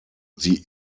sie